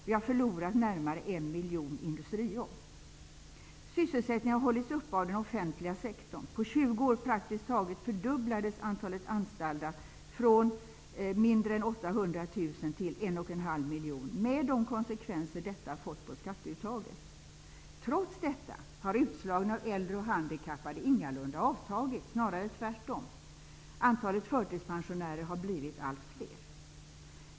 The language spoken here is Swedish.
Vi har förlorat närmare en miljon industrijobb. Sysselsättningen har hållits uppe av den offentliga sektorn. På 20 år praktiskt taget fördubblades antalet anställda från mindre än 800 000 till en och en halv miljon med de konsekvenser detta fått på skatteuttaget. Trots detta har utslagningen av äldre och handikappade ingalunda avtagit, snarare tvärtom. Antalet förtidspensionärer har blivit allt fler.